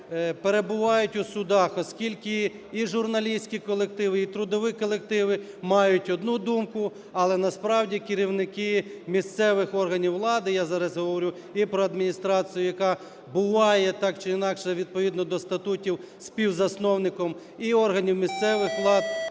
перебувають в судах. Оскільки і журналістські колективи, і трудові колективи мають одну думку, але насправді керівники місцевих органів влади, я зараз говорю і про адміністрацію, яка буває так чи інакше відповідно до статутів співзасновником і органів місцевих влад,